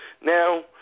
Now